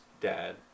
dad